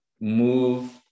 move